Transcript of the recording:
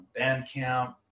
Bandcamp